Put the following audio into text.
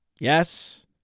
yes